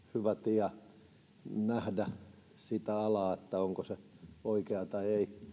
tie nähdä sitä alaa onko se oikea vai ei ja antaa hyvät mahdollisuudet